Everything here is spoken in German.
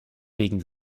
wegen